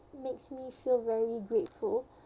makes me feel very grateful